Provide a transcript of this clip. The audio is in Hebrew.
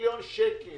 30 מיליון שקל